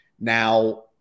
Now